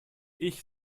ich